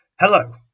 Hello